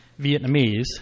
Vietnamese